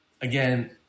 again